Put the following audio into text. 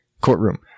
courtroom